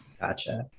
Gotcha